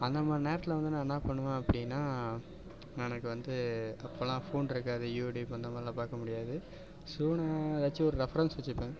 அந்த மாதிரி நேரத்தில் வந்து நான் என்ன பண்ணுவேன் அப்படின்னா நான் எனக்கு வந்து அப்போல்லாம் போன் இருக்காது யூட்யூப் அந்த மாதிரி எல்லாம் பார்க்க முடியாது ஸோ நான் ஏதாச்சும் ஒரு ரெஃபரென்ஸ் வெச்சுப்பேன்